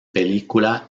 película